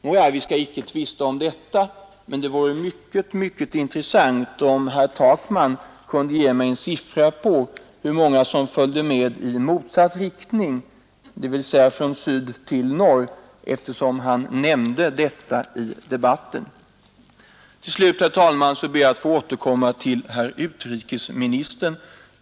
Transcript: Nåja, vi skall icke tvista om detta, men det vore mycket, mycket intressant om herr Takman kunde ge mig en siffra på hur många som flydde i motsatt riktning — dvs. från syd till nord — eftersom han nämnde detta i debatten. Till slut, herr talman, ber jag att få återkomma till herr utrikesministern.